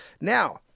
Now